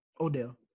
Odell